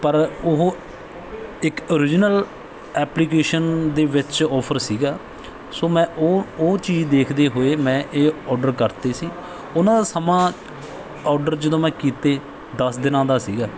ਪਰ ਉਹ ਇੱਕ ਓਰਿਜਨਲ ਐਪਲੀਕੇਸ਼ਨ ਦੇ ਵਿੱਚ ਔਫਰ ਸੀਗਾ ਸੋ ਮੈਂ ਉਹ ਉਹ ਚੀਜ਼ ਦੇਖਦੇ ਹੋਏ ਮੈਂ ਇਹ ਔਡਰ ਕਰਤੇ ਸੀ ਉਹਨਾਂ ਦਾ ਸਮਾਂ ਔਡਰ ਜਦੋਂ ਮੈਂ ਕੀਤੇ ਦਸ ਦਿਨਾਂ ਦਾ ਸੀਗਾ